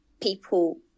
people